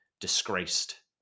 disgraced